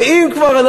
ואם כבר,